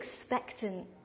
expectant